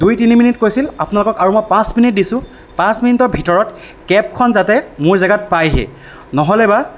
দুই তিনি মিনিট কৈছিল আপোনালোকক আৰু মই পাঁচ মিনিট দিছোঁ পাঁচ মিনিটৰ ভিতৰত কেবখন যাতে মোৰ জেগাত পাইহি নহ'লেবা